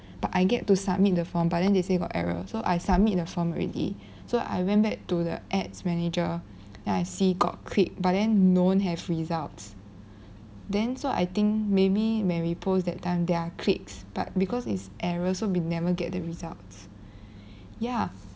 but I get to submit the form but then they say got error so I submit the form already so I went back to the ads manager then I see got click but then don't have results then so I think maybe mary post that time there are clicks but because it's error so we never get the results ya